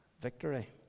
victory